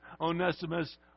Onesimus